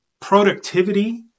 productivity